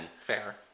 Fair